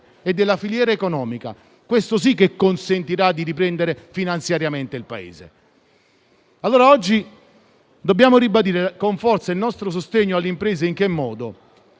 e della filiera economica. Questo, sì, che consentirà di far riprendere finanziariamente il Paese. Oggi dobbiamo ribadire con forza il nostro sostegno alle imprese. In che modo